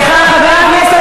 סליחה, חבר הכנסת